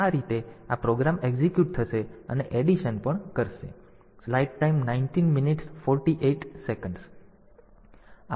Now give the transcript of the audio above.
તેથી આ રીતે આ પ્રોગ્રામ એક્ઝિક્યુટ થશે અને એડિશન પણ કરો